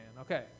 Okay